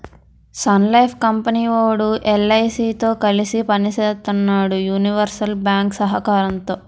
Sun Life company వోడు LIC తో కలిసి పని సేత్తన్నాడు యూనివర్సల్ బ్యేంకు సహకారంతో